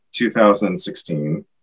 2016